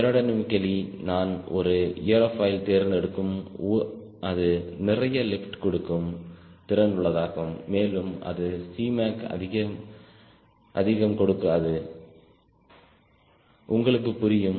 aerodynamically நான் ஒரு aerofoil தேர்ந்தெடுக்கும் அது நிறைய லிப்ட் கொடுக்கும் திறன் உள்ளதாகும் மேலும் அது Cmac அதிகம் கொடுக்காது உங்களுக்கு புரியும்